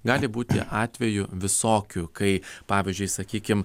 gali būti atvejų visokių kai pavyzdžiui sakykim